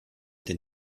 den